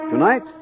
Tonight